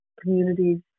communities